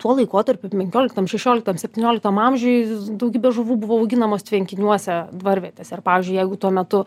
tuo laikotarpiu penkioliktam šešioliktam septynioliktam amžiuj daugybė žuvų buvo auginamos tvenkiniuose dvarvietėse ir pavyzdžiui jeigu tuo metu